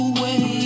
Away